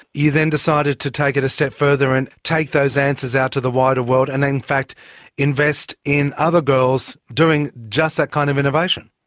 you then decided to take it a step further and take those answers out to the wider world, and in fact invest in other girls doing just that kind of innovation.